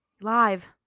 Live